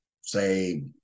say